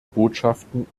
botschaften